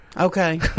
Okay